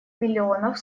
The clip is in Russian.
миллионов